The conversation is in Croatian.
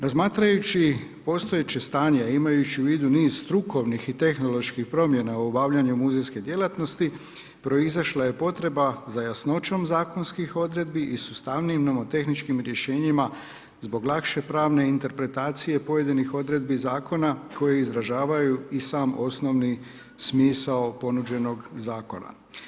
Razmatrajući postojeće stanje, a imajući u vidu niz strukovnih i tehnoloških promjena u obavljanju muzejske djelatnosti proizašla je potreba za jasnoćom zakonskih odredbi i sustavnijim nomotehničkim rješenjima zbog lakše pravne interpretacije pojedinih odredbi zakona koje izražavaju i sam osnovni smisao ponuđenog zakona.